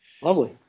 Lovely